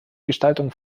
gestaltung